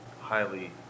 highly